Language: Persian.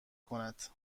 کند